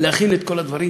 צריך גם להכין את כל הדברים,